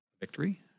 victory